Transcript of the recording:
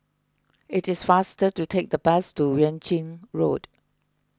it is faster to take the bus to Yuan Ching Road